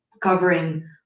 covering